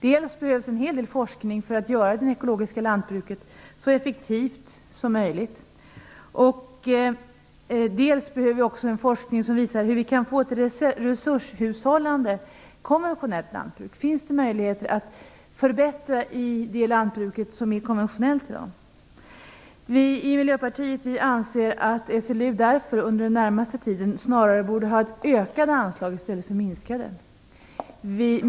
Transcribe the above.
Dels behövs det en hel del forskning för att göra det ekologiska lantbruket så effektivt som möjligt, dels behövs det forskning som visar hur vi kan få ett resurshushållande konventionellt lantbruk och om det finns möjligheter att förbättra det konventionella lantbruket i dag. Vi menar att SLU under den närmaste tiden borde få ökade anslag i stället för minskade.